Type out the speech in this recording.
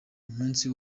umunsi